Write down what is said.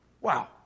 Wow